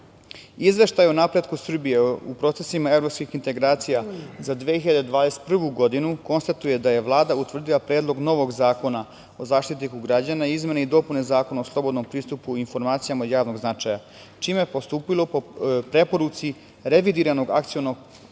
građana. Izveštaj o napretku Srbije u procesima evropskih integracija za 2021. godinu konstatuje da je Vlada utvrdila predlog novog Zakona o Zaštitniku građana, izmene i dopune Zakona o slobodnom pristupu informacijama od javnog značaja, čime je postupila po preporuci revidiranog Akcionog